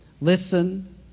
Listen